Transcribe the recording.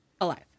Alive